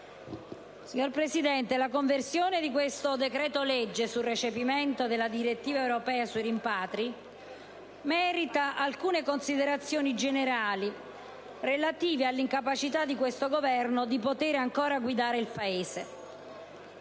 Signor Presidente, la conversione di questo decreto-legge sul recepimento della direttiva europea sui rimpatri merita alcune considerazioni generali, relative all'incapacità di questo Governo di guidare ancora il Paese.